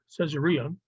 Caesarea